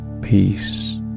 peace